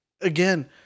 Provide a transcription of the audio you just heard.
Again